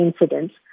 incidents